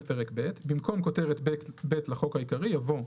פרק ב' 3. "במקום כותרת פרק ב' לחוק העיקרי יבוא: